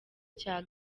cya